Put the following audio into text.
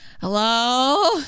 Hello